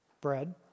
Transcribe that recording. bread